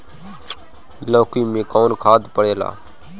लौकी में कौन खाद पड़ेला?